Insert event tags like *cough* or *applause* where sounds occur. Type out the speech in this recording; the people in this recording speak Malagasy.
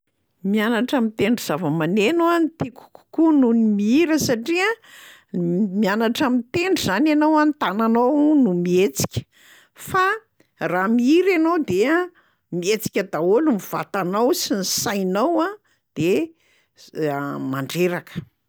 Mianatra mitendry zava-maneno a no tiako kokoa noho ny mihira satria m- mianatra mitendry zany ianao a ny tananao no mihetsika, fa raha mihira ianao dia mihetsika daholo ny vatanao sy ny sainao a de *hesitation* mandreraka.